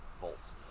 volts